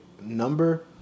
number